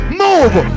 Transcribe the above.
move